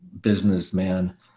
businessman